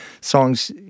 songs